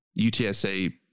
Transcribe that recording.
UTSA